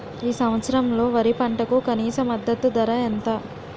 ఈ సంవత్సరంలో వరి పంటకు కనీస మద్దతు ధర ఎంత?